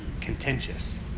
contentious